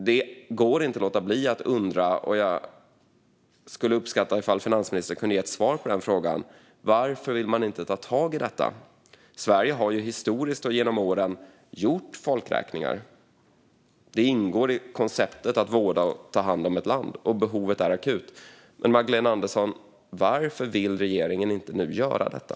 Det går inte att låta bli att undra, och jag skulle uppskatta om finansministern kunde ge ett svar på frågan: Varför vill man inte ta tag i detta? Sverige har historiskt och genom åren gjort folkräkningar. Det ingår i konceptet att vårda och ta hand om ett land, och behovet är akut. Men, Magdalena Andersson, varför vill regeringen inte nu göra detta?